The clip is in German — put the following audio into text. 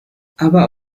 aber